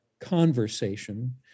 conversation